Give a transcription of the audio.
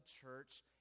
church